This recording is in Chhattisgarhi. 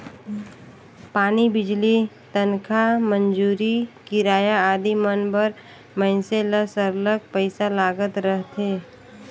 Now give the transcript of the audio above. पानी, बिजली, तनखा, मंजूरी, किराया आदि मन बर मइनसे ल सरलग पइसा लागत रहथे